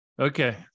Okay